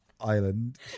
island